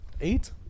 Eight